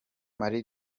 marie